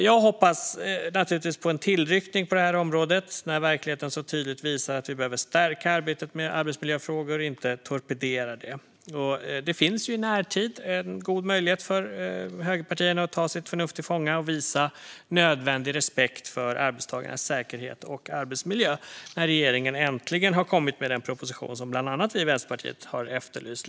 Jag hoppas naturligtvis på en tillnyktring på det här området när verkligheten så tydligt visar att vi behöver stärka arbetet med arbetsmiljöfrågor, inte torpedera det. Det finns i närtid en god möjlighet för högerpartierna att ta sitt förnuft till fånga och visa nödvändig respekt för arbetstagarnas säkerhet och arbetsmiljö eftersom regeringen äntligen har kommit med den proposition som bland andra vi i Vänsterpartiet länge har efterlyst.